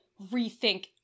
rethink